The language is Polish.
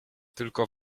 tylko